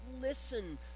listen